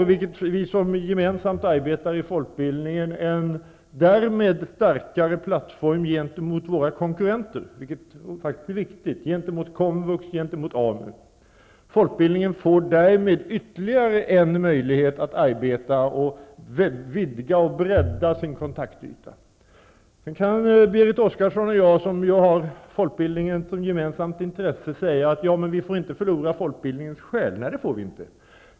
Vi som gemensamt arbetar i folkbildningen får därmed en starkare ställning gentemot våra konkurrenter, vilket faktiskt är viktigt, gentemot komvux och AMU. Folkbildningen får därmed ytterligare möjligheter att vidga och bredda sin kontaktyta. Sedan kan Berit Oscarsson och jag, som ju har folkbildningen som gemensamt intresse, säga att vi inte får förlora folkbildningens själ. Nej, det får vi inte.